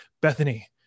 Bethany